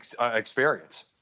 experience